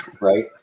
Right